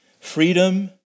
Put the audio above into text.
Freedom